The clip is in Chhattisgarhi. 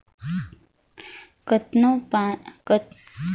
केतनो अइसन फसिल घलो अहें जेम्हां बगरा पानी परे ले ओ फसिल मन हर सइर घलो जाथे